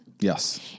Yes